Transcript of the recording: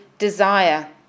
Desire